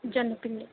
జొన్నపిండి